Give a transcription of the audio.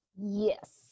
Yes